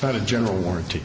not a general warrant